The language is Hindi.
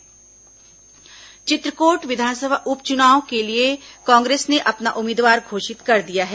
चित्रकोट उप चुनाव चित्रकोट विधानसभा उप चुनाव के लिए कांग्रेस ने अपना उम्मीदवार घोषित कर दिया है